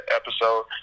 episode